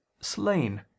slain